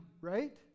right